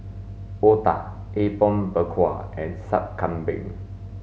otah apom berkuah and sup kambing